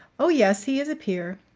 oh, yes, he is a peer.